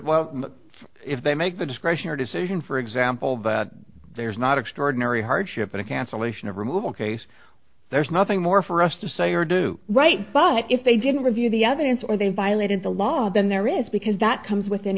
e if they make the discretionary decision for example that there's not extraordinary hardship in a cancellation of removal case there's nothing more for us to say or do right but if they didn't review the evidence or they violated the law then there is because that comes with